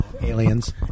Aliens